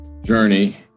journey